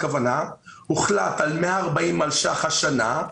הוחלט על 140 מיליון שקלים השנה,